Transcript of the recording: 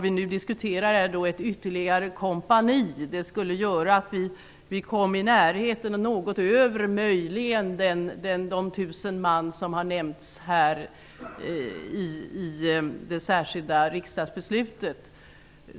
Vi diskuterar nu ett ytterligare kompani. Det skulle medföra att vi kom i närheten och möjligen något över de 1 000 man som har nämnts i det särskilda riksdagsbeslutet.